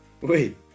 Wait